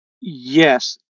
Yes